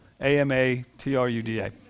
A-M-A-T-R-U-D-A